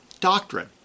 doctrine